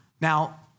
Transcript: Now